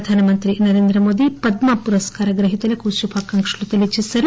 ప్రధానమంత్రి నరేంద్రమోదీ పద్మ పురస్కార గ్రహీతలకు శుభాకాంక్షలు తెలియచేసారు